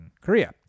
korea